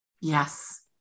Yes